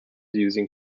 using